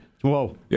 Whoa